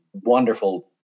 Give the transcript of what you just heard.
wonderful